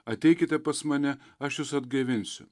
ateikite pas mane aš jus atgaivinsiu